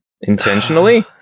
Intentionally